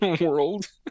world